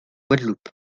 guadeloupe